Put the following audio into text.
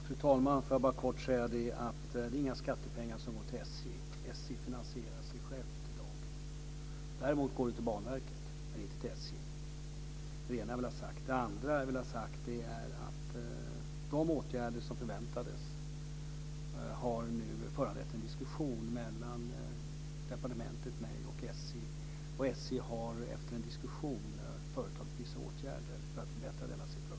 Fru talman! Låt mig bara kort säga att inga skattepengar går till SJ. SJ finansierar sig självt i dag. Däremot går det till Banverket, men inte till SJ. Det är det ena jag vill ha sagt. Det andra är att de åtgärder som förväntades har föranlett en diskussion mellan departementet, mig och SJ. SJ har efter en diskussion vidtagit vissa åtgärder för att förbättra denna situation.